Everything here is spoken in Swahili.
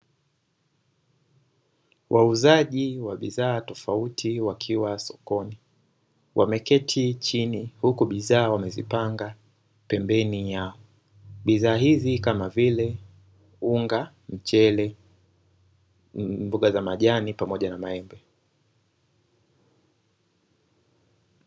Wauzaji wa bidhaa tofauti wakiwa sokoni wameketi chini huku bidhaa wamezipanga pembeni yao. Bidhaa hizi kama vile unga, mchele na mbona za majani pamoja na maembe.